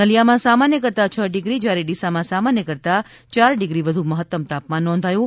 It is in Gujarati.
નલીયામાં સામાન્ય કરતાં છ ડિગ્રી જ્યારે ડીસામાં સામાન્ય કરતાં યાર ડિગ્રી વધુ મહત્તમ તાપમાન નોંધાયું છે